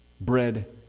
bread